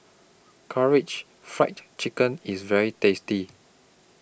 Karaage Fried Chicken IS very tasty